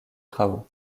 travaux